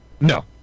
No